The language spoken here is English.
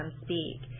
speak